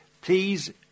please